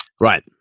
right